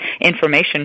information